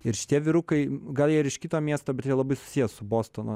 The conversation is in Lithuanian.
ir šitie vyrukai gal jie ir iš kito miesto bet jie labai susiję su bostonu